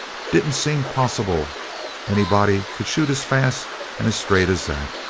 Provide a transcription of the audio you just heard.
didn't seem possible anybody could shoot as fast and straight as that,